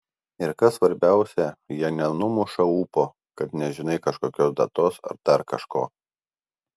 ir kas svarbiausia jie nenumuša ūpo kad nežinai kažkokios datos ar dar kažko